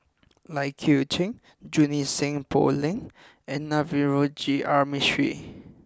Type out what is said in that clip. Lai Kew Chai Junie Sng Poh Leng and Navroji R Mistri